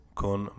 con